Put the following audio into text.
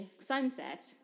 sunset